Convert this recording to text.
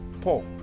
Paul